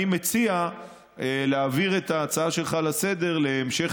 אני מציע להעביר את ההצעה שלך לסדר-היום להמשך